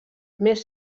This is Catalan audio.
més